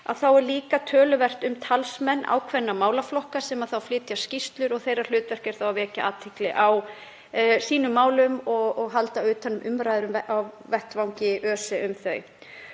er líka töluvert um talsmenn ákveðinna málaflokka sem þá flytja skýrslur og þeirra hlutverk er að vekja athygli á sínum málum og halda utan um umræður á vettvangi ÖSE um þau.